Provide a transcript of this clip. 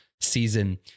season